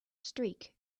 streak